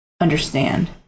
understand